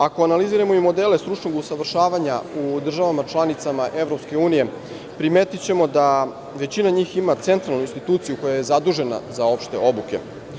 Ako analiziramo i modele stručnog usavršavanja u državama članicama EU, primetićemo da većina njih ima centralnu instituciju koja je zadužena za opšte obuke.